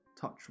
touch